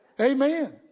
Amen